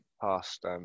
past